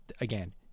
again